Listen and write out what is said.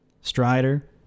Strider